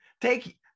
take